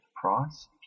price